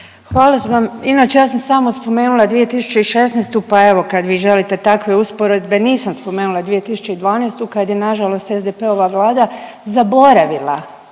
Hvala vam. Inače ja sam samo spomenula 2016. pa evo kad vi želite takve usporedbe nisam spomenula 2012. kad je na žalost SDP-ova vlada zaboravila